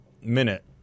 minute